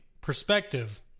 perspective